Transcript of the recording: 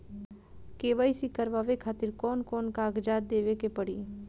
KYC करवावे खातिर कौन कौन कागजात देवे के पड़ी?